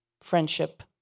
friendship